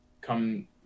come